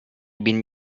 been